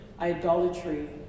idolatry